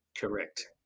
Correct